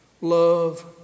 love